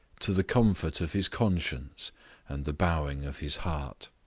to the comfort of his conscience and the bowing of his heart.